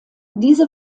diese